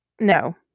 no